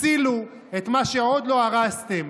תצילו את מה שעוד לא הרסתם.